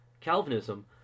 calvinism